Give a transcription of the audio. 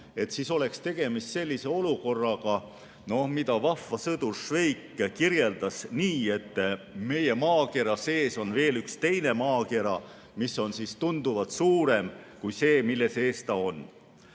oleks tegemist sellise olukorraga, mida vahva sõdur Švejk kirjeldas nii, et meie maakera sees on veel üks teine maakera, mis on tunduvalt suurem kui see, mille sees ta on.